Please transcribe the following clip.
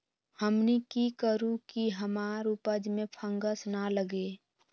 हमनी की करू की हमार उपज में फंगस ना लगे?